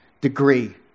degree